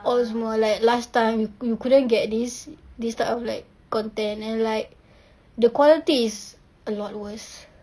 all more like last time you couldn't get this this type of like content and like the quality is a lot worse